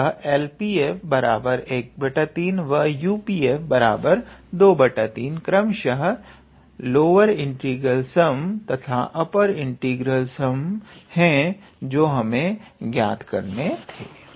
अतः LP f 13 व 𝑈𝑃 𝑓 23 क्रमशःलोअर इंटीग्रल सम तथा अपर इंटीग्रल सम है जो कि हमें ज्ञात करने थे